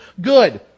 good